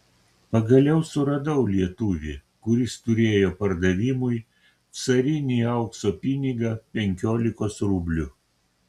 pagaliau suradau lietuvį kuris turėjo pardavimui carinį aukso pinigą penkiolikos rublių